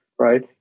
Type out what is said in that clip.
right